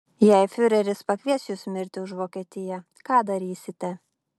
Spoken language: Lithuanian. jei fiureris pakvies jus mirti už vokietiją ką darysite